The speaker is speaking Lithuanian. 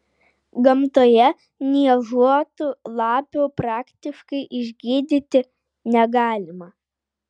gamtoje niežuotų lapių praktiškai išgydyti negalima